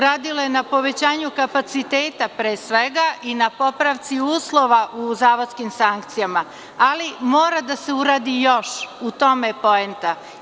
Radilo je na povećanju kapaciteta pre svega, i na popravci uslova u zavodskim sankcijama, ali mora da se uradi još, u tome je poenta.